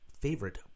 favorite